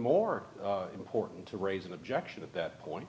more important to raise an objection at that point